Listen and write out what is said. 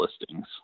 listings